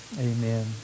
Amen